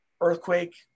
earthquake